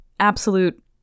absolute